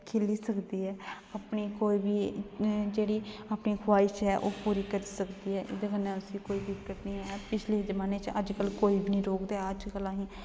खेली सकदी ऐ अपनी कोई बी जेह्ड़ी अपनी ख्बाहिश ऐ ओह् पूरी करी सकदी ऐ ते ओह्दे कन्नै उसी कोई दिक्कत निं ऐ पिछले जमान्ने च अज्ज कल कोई बी निं रोकदा ऐ अज्ज कल असें